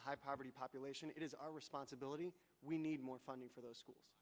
a high poverty population it is our responsibility we need more funding for the school